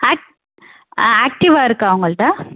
ஆ ஆக்டிவா இருக்கா உங்கள்ட்ட